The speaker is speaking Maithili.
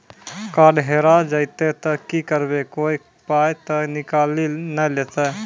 कार्ड हेरा जइतै तऽ की करवै, कोय पाय तऽ निकालि नै लेतै?